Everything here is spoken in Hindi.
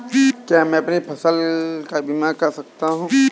क्या मैं अपनी फसल का बीमा कर सकता हूँ?